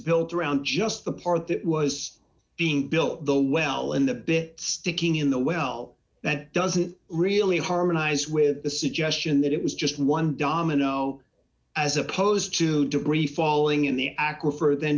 built around just the part that was being built the well in the bit sticking in the well that doesn't really harmonize with the suggestion that it was just one domino as opposed to debris falling in the aquifer